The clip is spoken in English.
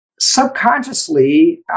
subconsciously